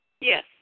Yes